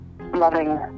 loving